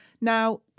Now